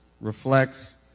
reflects